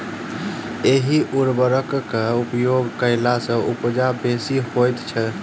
एहि उर्वरकक उपयोग कयला सॅ उपजा बेसी होइत छै